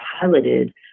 piloted